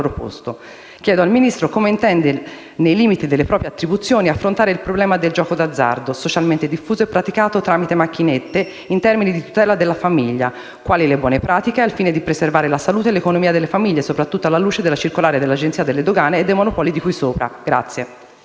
Chiedo al Ministro come intende, nei limiti delle proprie attribuzioni, affrontare il problema del gioco d'azzardo, socialmente diffuso e praticato tramite macchinette, in termini di tutela della famiglia e quali sono le buone pratiche al fine di preservare la salute e l'economia delle famiglie, soprattutto alla luce della circolare dell'Agenzia delle dogane e dei monopoli di cui sopra.